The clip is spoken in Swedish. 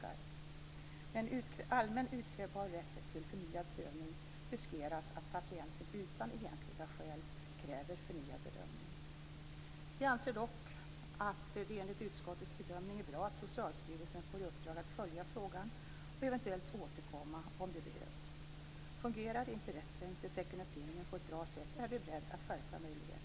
Med en allmän utkrävbar rätt till förnyad prövning riskeras att patienter utan egentliga skäl kräver förnyad bedömning. Vi anser dock att det är bra att utskottet vill att Socialstyrelsen får i uppdrag att följa frågan och eventuellt återkomma om det behövs. Fungerar inte rätten till second opinion på ett bra sätt är vi beredda att skärpa möjligheten.